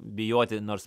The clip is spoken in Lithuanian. bijoti nors